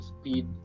speed